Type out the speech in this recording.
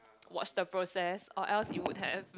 watch the process or else it would have